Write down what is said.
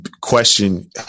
question